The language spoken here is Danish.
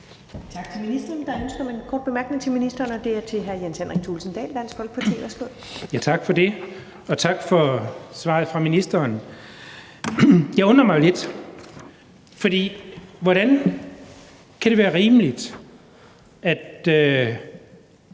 Tak for det. Og tak for svaret fra ministeren. Det undrer mig jo lidt, for hvordan kan det være rimeligt at